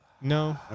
No